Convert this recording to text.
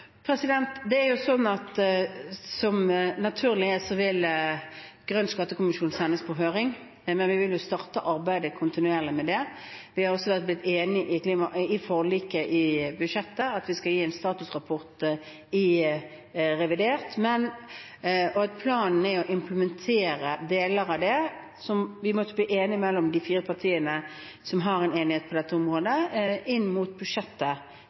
Som naturlig er, vil Grønn skattekommisjons rapport sendes på høring, men vi vil arbeide kontinuerlig med dette. I budsjettforliket har vi blitt enige om at vi skal gi en statusrapport i revidert, og at planen er å implementere deler av det som de fire partiene som har en enighet på dette området, måtte bli enige om, inn mot budsjettet